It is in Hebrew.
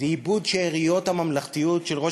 זה איבוד שאריות הממלכתיות של ראש